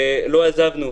ולא עזבנו.